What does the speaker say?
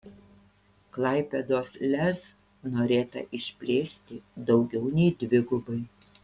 klaipėdos lez norėta išplėsti daugiau nei dvigubai